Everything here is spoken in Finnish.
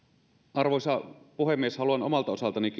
arvoisa puhemies haluan omalta osaltani